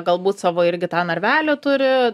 galbūt savo irgi tą narvelį turi